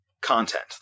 content